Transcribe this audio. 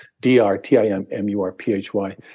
D-R-T-I-M-M-U-R-P-H-Y